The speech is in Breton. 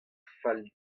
fall